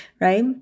Right